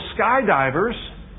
skydivers